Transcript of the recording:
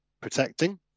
protecting